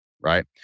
right